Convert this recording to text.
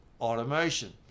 automation